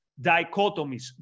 dichotomies